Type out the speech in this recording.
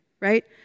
right